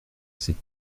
c’est